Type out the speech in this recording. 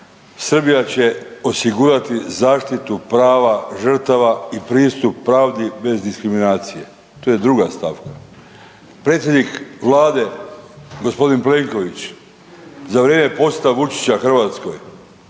Srbija će osigurati zaštitu prava žrtava i pristup pravdi bez diskriminacije. To je druga stavka. Predsjednik Vlade gospodin Plenković za vrijeme posjeta Vučića Hrvatskoj